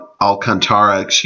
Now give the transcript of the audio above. Alcantara